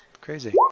Crazy